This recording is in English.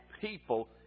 people